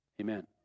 Amen